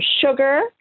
sugar